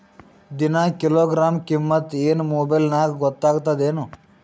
ದಿನಾ ಕಿಲೋಗ್ರಾಂ ಕಿಮ್ಮತ್ ಏನ್ ಮೊಬೈಲ್ ನ್ಯಾಗ ಗೊತ್ತಾಗತ್ತದೇನು?